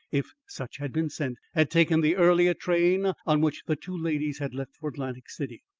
if such had been sent, had taken the earlier train on which the two ladies had left for atlantic city.